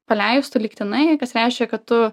paleistų lygtinai kas reiškia kad tu